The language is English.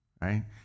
Right